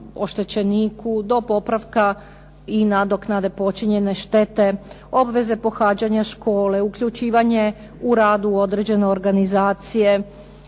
oštećeniku do popravka i nadoknade počinjene štete, obveze pohađanja škole, uključivanje u rad u određene organizacije,